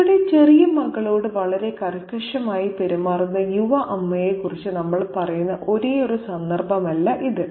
ഇവിടെ ചെറിയ മകളോട് വളരെ കർക്കശമായി പെരുമാറുന്ന യുവ അമ്മയെക്കുറിച്ച് നമ്മൾ പറയുന്ന ഒരേയൊരു സന്ദർഭമല്ല ഇത്